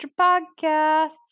podcasts